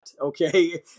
okay